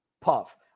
puff